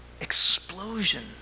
explosion